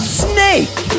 snake